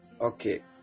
Okay